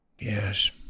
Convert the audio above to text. Yes